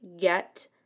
get